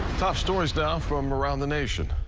ah stories now from around the nation,